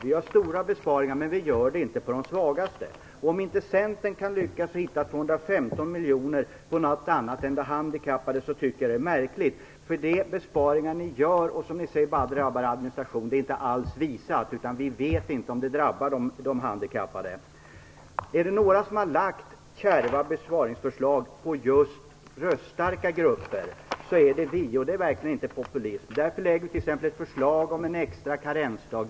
Vi gör stora besparingar, men inte på de svagaste. Om inte Centern kan lyckas att hitta 215 miljoner på något annat ställe än hos de handikappade så tycker jag att det är märkligt. Ni säger att de besparingar ni gör drabbar bara administrationen. Det är inte alls visat att det är så. Vi vet inte om det drabbar de handikappade. Om det är några som har lagt fram kärva besparingsförslag på röststarka grupper är det vi. Det är verkligen inte populism. Därför lägger vi t.ex. fram ett förslag om en extra karensdag.